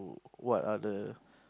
what are the